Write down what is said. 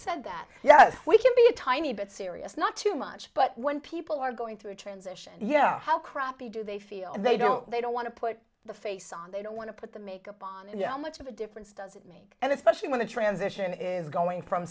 said that yes we can be a tiny bit serious not too much but when people are going through a transition yeah how crappy do they feel they don't they don't want to put the face on they don't want to put the make much of a difference does it make and especially when the transition is going from